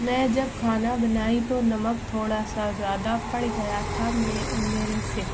میں جب کھانا بنائی تو نمک تھوڑا سا زیادہ پڑ گیا تھا مے میرے سے